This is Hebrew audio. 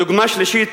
דוגמה שלישית,